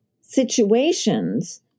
situations